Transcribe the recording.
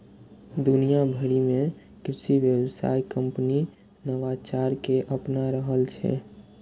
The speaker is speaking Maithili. दुनिया भरि मे कृषि व्यवसाय कंपनी नवाचार कें अपना रहल छै